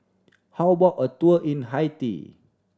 how about a tour in Haiti